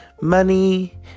money